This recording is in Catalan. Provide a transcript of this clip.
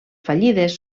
fallides